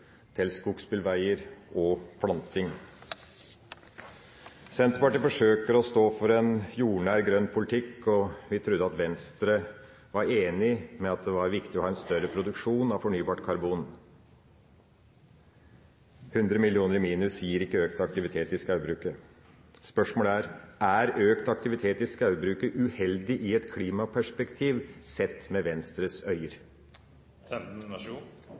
til skogsbilveier og planting. Senterpartiet forsøker å stå for en jordnær grønn politikk, og vi trodde at Venstre var enig i at det var viktig å ha en større produksjon av fornybart karbon. 100 mill. kr i minus gir ikke økt aktivitet i skogbruket. Spørsmålet er: Er økt aktivitet i skogbruket uheldig i et klimaperspektiv, sett med Venstres